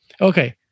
okay